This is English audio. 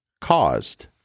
caused